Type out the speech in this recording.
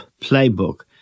playbook